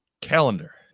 calendar